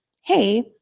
hey